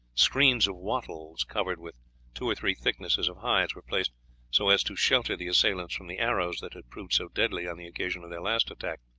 screens of wattles covered with two or three thicknesses of hides were placed so as to shelter the assailants from the arrows that had proved so deadly on the occasion of their last attack.